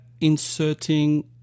inserting